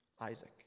Isaac